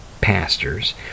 pastors